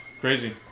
crazy